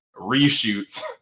reshoots